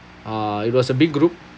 uh it was a big group